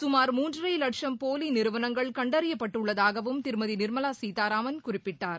சுமார் மூன்றரை லட்சம் போலி நிறுவனங்கள் கண்டறியப்பட்டுள்ளதாகவும் திருமதி நிர்மலா கீதாராமன் குறிப்பிட்டார்